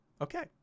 okay